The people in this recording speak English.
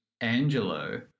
Angelo